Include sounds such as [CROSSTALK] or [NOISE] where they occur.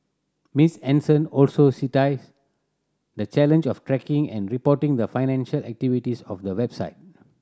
Miss Henson also [UNINTELLIGIBLE] the challenge of tracking and reporting the financial activities of the website